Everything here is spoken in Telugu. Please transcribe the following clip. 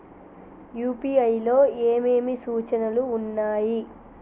యూ.పీ.ఐ లో ఏమేమి సూచనలు ఉన్నాయి?